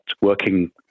working